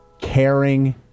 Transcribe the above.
caring